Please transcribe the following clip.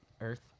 Earth